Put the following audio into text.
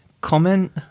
comment